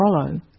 follow